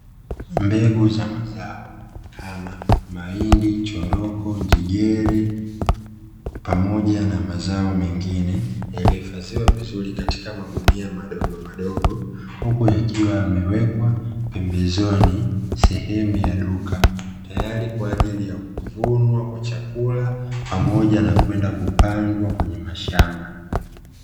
Mbegu za mazao kama: mahindi choroko, njegere, pamoja na mazao mengine yaliyohifadhiwa vizuri katika magunia madogomadogo huku yakiwa yamewekwa pembezoni sehemu ya duka, tayari kwa ajili ya kuvunwa kwa chakula pamoja na kwenda kupandwa kwenye mashamba.